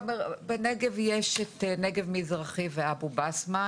בנגב יש את הנגב המזרחי ואבו בסמה,